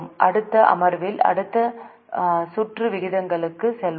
அடுத்த அமர்வில் அடுத்த சுற்று விகிதங்களுக்கு செல்வோம்